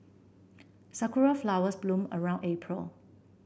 sakura flowers bloom around April